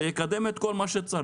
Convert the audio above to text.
זה יקדם את כל מה שצריך,